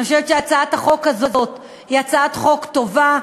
אני חושבת שהצעת החוק הזאת היא הצעת חוק טובה.